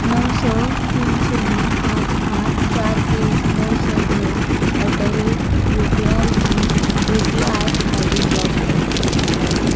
णव स तीन शुन्य पांच आठ चार तीन णव स दोन at the rate U P आयची U P I I D block कर